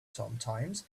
sometimes